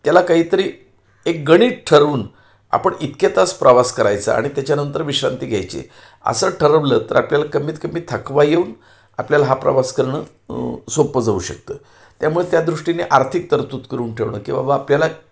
त्याला काहीतरी एक गणित ठरवून आपण इतक्या तास प्रवास करायचा आणि त्याच्यानंतर विश्रांती घ्यायची असं ठरवलं तर आपल्याला कमीत कमी थकवा येऊन आपल्याला हा प्रवास करणे सोपे जाऊ शकते त्यामुळे त्या दृष्टीने आर्थिक तरतूद करून ठेवणे की बाबा आपल्याला